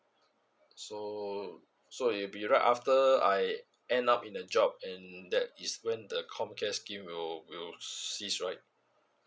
so so it be right after I end up in the job and that is when the comcare scheme will will cease right